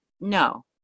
no